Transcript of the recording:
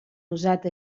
usat